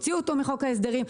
הוציאו אותו מחוק ההסדרים.